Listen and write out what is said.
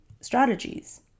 strategies